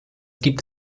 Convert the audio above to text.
gibt